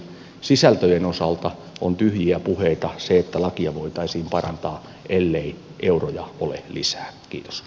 sisältöjen osalta on tyhjiä puheita se että lakia voitaisiin parantaa ellei euroja ole lisää